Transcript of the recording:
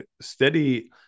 steady